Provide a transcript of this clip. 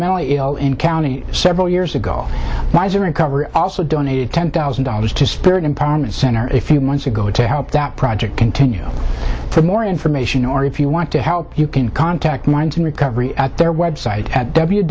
mentally ill in county several years ago wiser and cover also donated ten thousand dollars to spirit empowerment center a few months ago to help that project continue for more information or if you want to help you can contact minds in recovery at their website